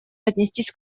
отнестись